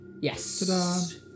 yes